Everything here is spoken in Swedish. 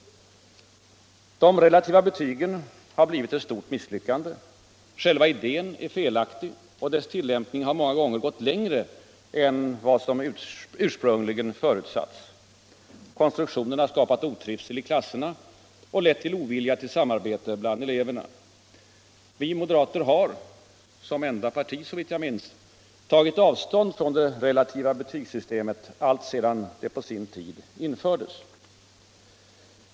De relativa betygen har blivit ett stort misslyckande. Själva idén är felaktig, och dess tillämpning har många gånger gått längre än vad som ursprungligen förutsatts. Konstruktionen har skapat otrivsel i klasserna och lett till ovilja till samarbete bland eleverna. Vi moderater har, som enda parti såvitt jag minns, tagit avstånd från det relativa betygssystemet alltsedan det på sin tid infördes.